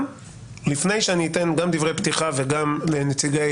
לפני שאני אתן גם דברי פתיחה וגם לנציגי